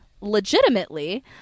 legitimately